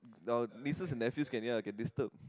our nieces and nephews can yeah can disturb